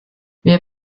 wir